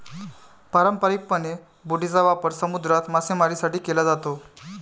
पारंपारिकपणे, बोटींचा वापर समुद्रात मासेमारीसाठी केला जातो